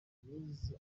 mise